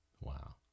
Wow